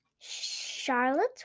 Charlotte